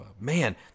Man